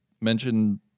mention